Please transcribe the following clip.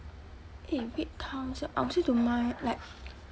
eh write thou~ I also don't mind like